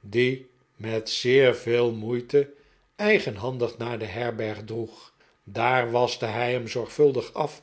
dien met zeer veel moeite eigenhandig naar de herberg droeg daar waschte hij hem zorgvuldig af